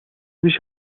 بیش